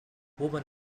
women